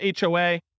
HOA